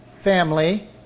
family